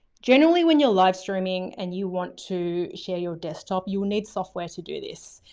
generally when you're live streaming and you want to share your desktop, you need software to do this.